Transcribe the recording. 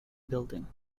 building